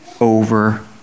over